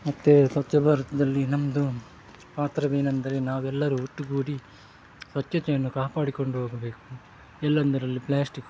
ಮತ್ತೆ ಸ್ವಚ್ಛ ಭಾರತದಲ್ಲಿ ನಮ್ಮದು ಪಾತ್ರವೇನೆಂದರೆ ನಾವೆಲ್ಲರು ಒಟ್ಟುಗೂಡಿ ಸ್ವಚ್ಛತೆಯನ್ನು ಕಾಪಾಡಿಕೊಂಡು ಹೋಗಬೇಕು ಎಲ್ಲೆಂದರಲ್ಲಿ ಪ್ಲ್ಯಾಸ್ಟಿಕ್